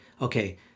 okay